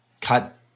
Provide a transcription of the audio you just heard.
cut